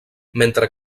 mentre